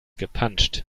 gepanscht